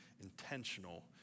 intentional